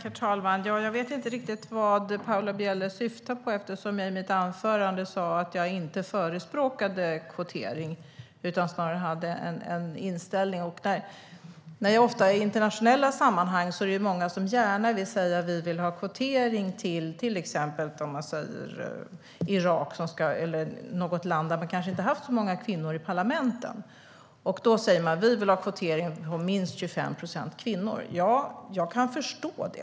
Herr talman! Jag vet inte riktigt vad Paula Bieler syftar på eftersom jag i mitt anförande sa att jag inte förespråkade kvotering. I internationella sammanhang är det många som gärna vill ha kvotering i parlamentet, till exempel i Irak, där man inte har haft så många kvinnor. Då säger man: Vi vill ha kvotering med minst 25 procent kvinnor. Jag kan förstå det.